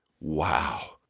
wow